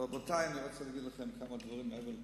אבל בינתיים אני רוצה להגיד לכם כמה דברים מעבר לתוכניות.